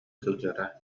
сылдьара